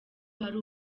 hari